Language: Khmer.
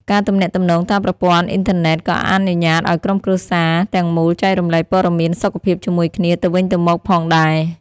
ការទំនាក់ទំនងតាមប្រព័ន្ធអ៊ីនធើណេតក៏អនុញ្ញាតិឱ្យក្រុមគ្រួសារទាំងមូលចែករំលែកព័ត៌មានសុខភាពជាមួយគ្នាទៅវិញទៅមកផងដែរ។